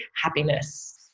happiness